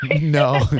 No